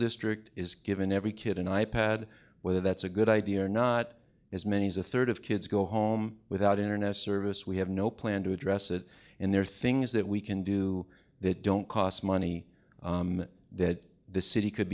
district is given every kid an i pad whether that's a good idea or not as many as a third of kids go home without internet service we have no plan to address it and there are things that we can do that don't cost money that the city could